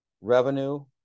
Revenue